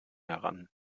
heran